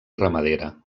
ramadera